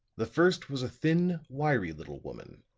the first was a thin, wiry little woman,